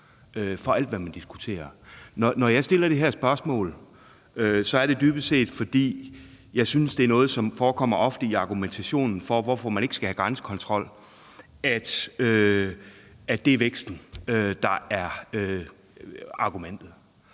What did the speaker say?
for alt, hvad man diskuterer. Når jeg stiller det her spørgsmål, er det dybest set, fordi jeg synes, det er noget, som forekommer ofte i argumentationen for, hvorfor man ikke skal have grænsekontrol, altså at det er væksten, der er argumentet.